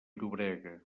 llobrega